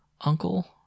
Uncle